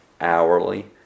hourly